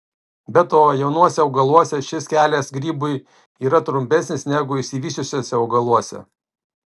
be to jaunuose augaluose šis kelias grybui yra trumpesnis negu išsivysčiusiuose augaluose